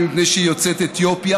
ומפני שהיא יוצאת אתיופיה,